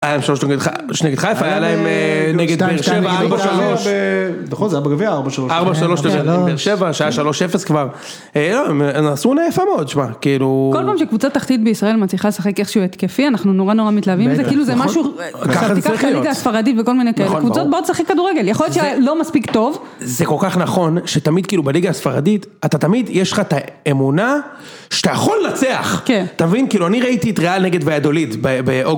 נגד חיפה, היה להם נגד באר שבע, ארבע, שלוש. נכון, זה היה בגביע, ארבע, שלוש. ארבע, שלוש, נגד באר שבע, שעה שלוש, אפס כבר. הם עשו יפה מאוד, שמע, כאילו... כל פעם שקבוצה תחתית בישראל מצליחה לשחק איכשהו התקפי, אנחנו נורא נורא מתלהבים מזה, כאילו זה משהו... ככה זה צריך להיות. תיקח ליגה הספרדית וכל מיני כאלה קבוצות, בוא תשחק כדורגל, יכול להיות שלא מספיק טוב. זה כל כך נכון שתמיד כאילו בליגה הספרדית, אתה תמיד, יש לך את האמונה שאתה יכול לנצח. כן. אתה מבין, כאילו, אני ראיתי את ריאל נגד ויאדוליד, באוגוסט.